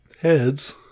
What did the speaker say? Heads